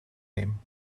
name